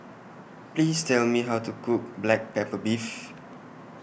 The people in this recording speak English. Please Tell Me How to Cook Black Pepper Beef